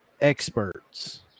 experts